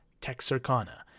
Texarkana